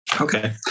Okay